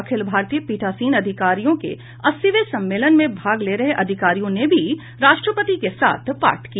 अखिल भारतीय पीठासीन अधिकारियों के अस्सीवें सम्मेलन में भाग ले रहे अधिकारियों ने भी राष्ट्रपति के साथ पाठ किया